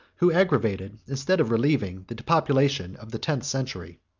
who aggravated, instead of relieving, the depopulation of the tenth century.